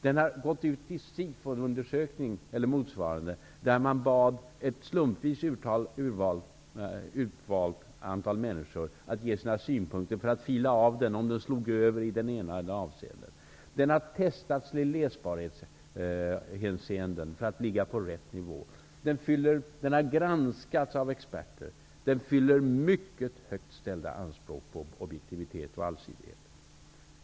Den har gått ut i Sifoundersökning eller motsvarande, där man bad ett antal slumpvist utvalda människor att ge sina synpunkter för att man skulle kunna fila av den om den slog över i det ena eller andra avseendet. Den har testats i läsbarhetshänseende för att ligga på rätt nivå. Den har granskats av experter. Den fyller mycket högt ställda anspråk på objektivitet och allsidighet.